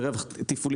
זה רווח תפעולי?